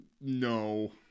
no